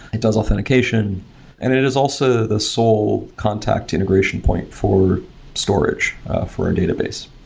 it does authentication and it it is also the sole contact integration point for storage for a database.